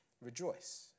Rejoice